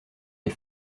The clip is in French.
les